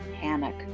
panic